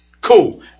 cool